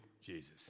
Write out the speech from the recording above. jesus